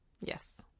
yes